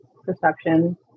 Perception